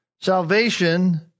Salvation